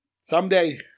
Someday